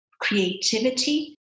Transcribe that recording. creativity